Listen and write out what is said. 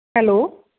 hello